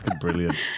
brilliant